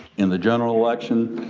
in the general election,